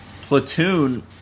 Platoon